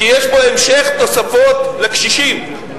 כי יש בו המשך תוספות לקשישים,